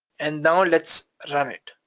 and now let's run it.